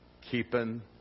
Keeping